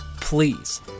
Please